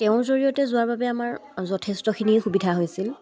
তেওঁৰ জৰিয়তে যোৱাৰ বাবে আমাৰ যথেষ্টখিনি সুবিধা হৈছিল